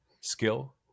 skill